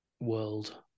world